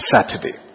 Saturday